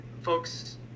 folks